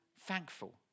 thankful